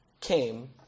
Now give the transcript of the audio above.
came